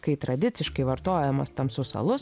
kai tradiciškai vartojamas tamsus alus